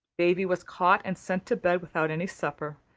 davy was caught and sent to bed without any supper.